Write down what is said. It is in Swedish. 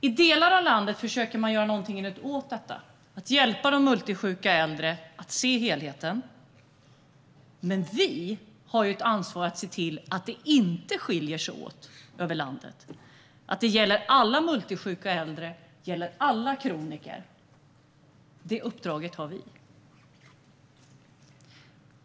I delar av landet försöker man att göra någonting åt detta och att hjälpa de multisjuka äldre att se helheten. Men vi har ett ansvar att se till att det inte skiljer sig åt över landet, utan att det gäller alla multisjuka äldre och alla kroniker. Detta uppdrag har vi.